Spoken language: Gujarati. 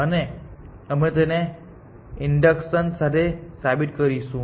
અને અમે તેને ઇન્ડક્શન સાથે સાબિત કરીશું